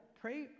Pray